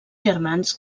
germans